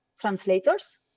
translators